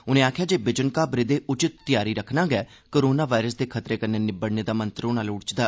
उनें आखेआ जे बिजन घाबरे दे उचित तैयारी गै कोरोना वायरस दे खतरे कन्नै निब्बड़ने दा मंत्तर होना लोड़चदा